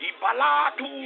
Ibalatu